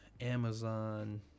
amazon